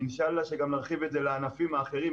אינשאללה, שגם נרחיב את זה לענפים האחרים.